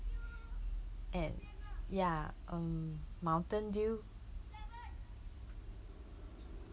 and ya um mountain dew